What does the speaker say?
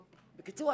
בקיצור,